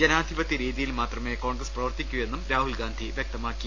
ജനാധിപത്യ രീതിയിൽ മാത്രമേ കോൺഗ്രസ് പ്രവർത്തിക്കൂ എന്നും രാഹുൽ ഗാന്ധി വൃക്തമാക്കി